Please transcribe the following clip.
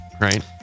right